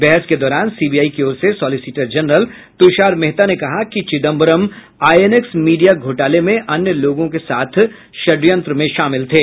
बहस के दौरान सीबीआई की ओर से सॉलिसिटर जनरल तुषार मेहता ने कहा कि चिदम्बरम आईएनएक्स मीडिया घोटाले में अन्य लोगों के साथ षडयंत्र में शामिल थे